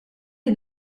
est